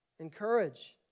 Encourage